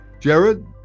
Jared